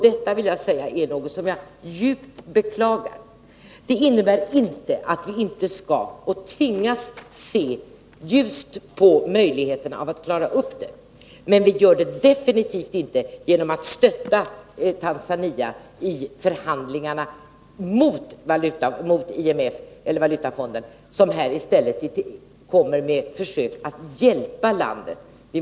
Detta förhållande är något som jag djupt beklagar. Det innebär inte att jag menar att vi inte skall — och tvingas — se ljust på möjligheterna att klara upp situationen. Men det kan vi definitivt inte göra genom att stötta Tanzania i förhandlingarna mot Valutafonden, som skall göra försök att hjälpa landet.